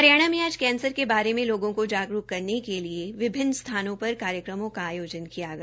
हरियाणा में आज कैंसर के बारे में लोगों को जागरूक करने के लिए विभिन्न स्थानों पर कार्यक्रमों का आयोजन किया गया